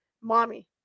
Mommy